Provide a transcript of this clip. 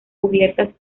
cubiertas